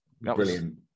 brilliant